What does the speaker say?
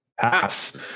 Pass